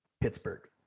Pittsburgh